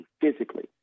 physically